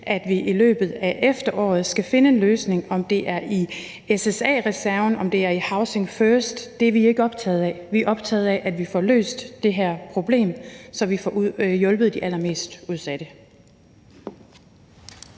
at vi i løbet af efteråret skal finde en løsning. Om det er i SSA-reserven, eller om det er i Housing First, er vi ikke optaget af. Vi er optaget af, at vi får løst det her problem, så vi får hjulpet de allermest udsatte.